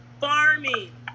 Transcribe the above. Farming